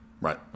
Right